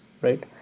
right